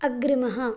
अग्रिमः